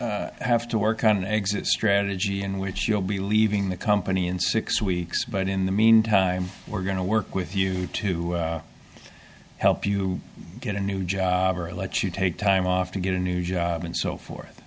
have to work on an exit strategy in which you'll be leaving the company in six weeks but in the meantime we're going to work with you to help you get a new job or let you take time off to get a new job and so forth